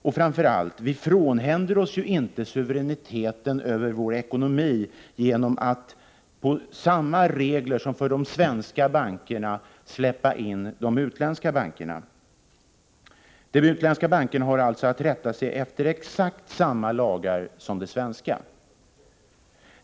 Och framför allt: vi frånhänder oss ju inte suveräniteten över vår ekonomi genom att med samma regler som dem som gäller för de svenska bankerna släppa in de utländska bankerna. De utländska bankerna har alltså att rätta sig efter exakt samma lagar som de svenska.